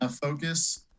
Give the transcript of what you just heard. focus